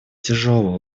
тяжелый